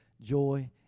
joy